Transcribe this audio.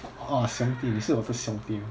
!wah! 兄弟你是我的兄弟